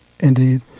Indeed